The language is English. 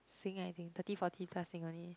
sing i think thirty forty plus sing only